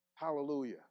Hallelujah